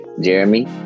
Jeremy